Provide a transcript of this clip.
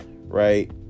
right